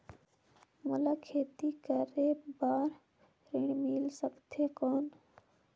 मोला खेती करे बार ऋण मिल सकथे कौन?